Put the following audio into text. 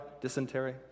dysentery